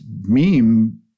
meme